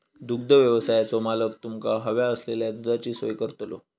दुग्धव्यवसायाचो मालक तुमका हव्या असलेल्या दुधाची सोय करतलो